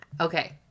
Okay